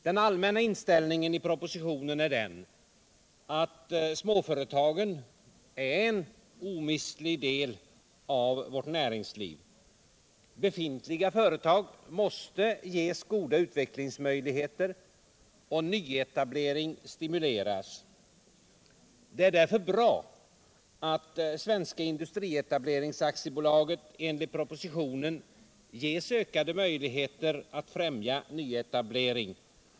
Den allmänna inställningen i propositionen är den att småföretagen är en omistlig del av vårt näringsliv. Befintliga företag måste ges goda utvecklingsmöjligheter, och nyetablering måste stimuleras. Det är därför bra att Svenska Industrietablerings AB ges, som föreslås i propositionen, ökade möjligheter att främja nyetablering.